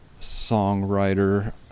songwriter